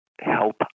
help